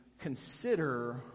consider